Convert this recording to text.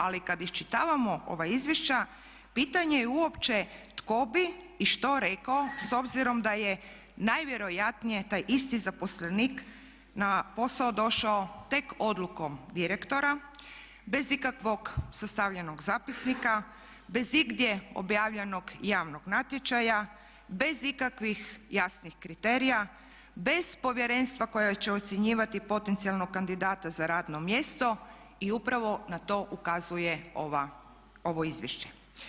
Ali kada iščitavamo ova izvješća pitanje je uopće tko bi i što rekao s obzirom da je najvjerojatnije taj isti zaposlenik na posao došao tek odlukom direktora bez ikakvog sastavljenog zapisnika, bez igdje objavljenog javnog natječaja, bez ikakvih jasnih kriterija, bez povjerenstva koje će ocjenjivati potencijalnog kandidata za radno mjesto i upravo na to ukazuje ovo izvješće.